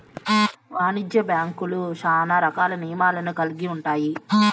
వాణిజ్య బ్యాంక్యులు శ్యానా రకాల నియమాలను కల్గి ఉంటాయి